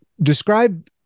describe